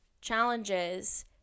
challenges